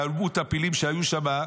כמות הפילים שהייתה שם,